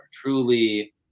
truly